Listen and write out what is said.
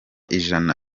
ijana